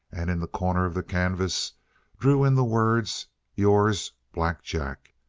and in the corner of the canvas drew in the words yours, black jack.